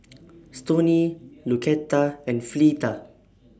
Stoney Lucetta and Fleeta